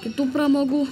kitų pramogų